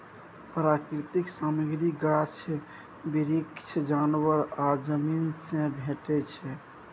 प्राकृतिक सामग्री गाछ बिरीछ, जानबर आ जमीन सँ भेटै छै